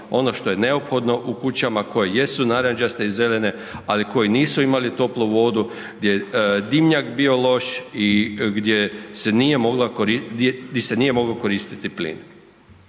ono što je neophodno u kućama koje jesu narančaste i zelene, ali koji nisu imali toplu vodu, gdje je dimnjak bio loš i gdje se nije mogla, di se nije